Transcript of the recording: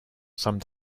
summed